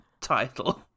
title